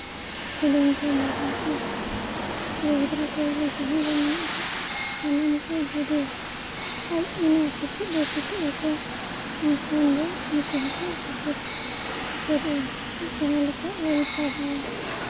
ᱦᱩᱰᱤᱧ ᱠᱚ ᱢᱟᱨᱟᱝ ᱠᱚ ᱠᱩᱲᱤ ᱜᱤᱫᱽᱨᱟᱹ ᱠᱚᱲᱟ ᱜᱤᱫᱽᱨᱟᱹ ᱡᱟᱦᱟᱸᱭ ᱜᱮ ᱢᱮᱱᱟᱜ ᱠᱚ ᱥᱟᱱᱟᱢ ᱠᱚ ᱡᱩᱫᱤ ᱟᱡ ᱚᱱᱟ ᱥᱮᱪᱮᱫ ᱮ ᱥᱮᱪᱮᱫ ᱟᱠᱚᱣᱟ ᱮᱱᱠᱷᱟᱱ ᱫᱚ ᱩᱱᱠᱩ ᱦᱚᱸᱠᱚ ᱥᱮᱪᱮᱫ ᱥᱮᱪᱮᱫᱚᱜᱼᱟ ᱡᱟᱦᱟᱸ ᱞᱮᱠᱟ ᱚᱞ ᱯᱟᱲᱦᱟᱣ